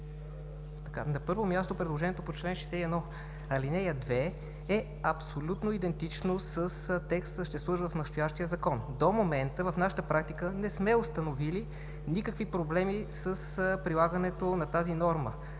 На първо място, предложението по чл. 61, ал. 2 е абсолютно идентично с текста, съществуващ в настоящия Закон. До момента в нашата практика не сме установили никакви проблеми с прилагането на тази норма.